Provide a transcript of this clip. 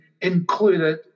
included